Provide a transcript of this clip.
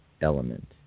element